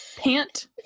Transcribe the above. Pant